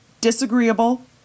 disagreeable